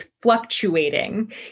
fluctuating